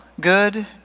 good